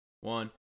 One